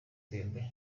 bieber